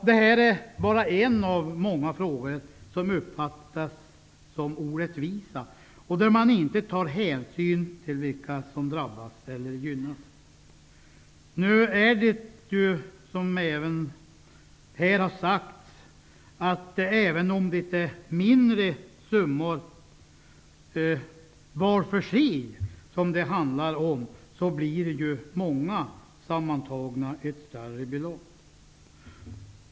Detta är bara en av många frågor som uppfattas som orättvisa, som att man inte tar hänsyn till vilka som drabbas eller gynnas. Även om det handlar om summor som var för sig är små, blir de ju sammantagna ett större belopp.